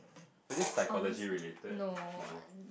was this psychology related no